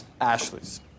Ashley's